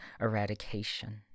eradication